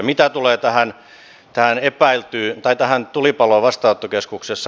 mitä tulee tähän tulipaloon vastaanottokeskuksessa